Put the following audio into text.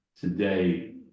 today